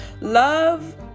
love